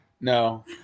No